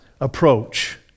approach